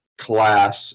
class